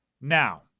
Now